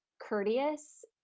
courteous